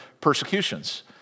persecutions